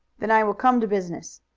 then i will come to business.